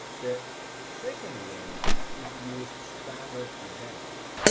the second way is to use standard events,